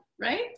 right